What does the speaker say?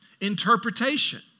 interpretation